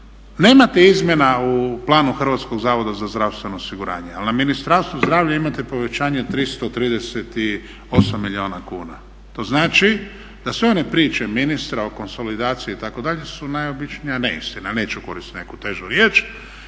Nemate izmjena u Planu Hrvatskog zavoda za zdravstveno osiguranje, ali na Ministarstvu zdravlja imate povećanje od 338 milijuna kuna. To znači da sve one priče ministra o konsolidaciji itd. su najobičnija neistina, neću koristiti neku težu riječ